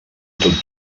tots